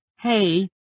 hey